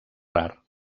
rar